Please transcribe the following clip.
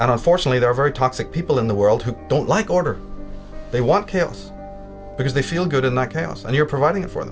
and unfortunately there are very toxic people in the world who don't like order they want chaos because they feel good in that chaos and you're providing for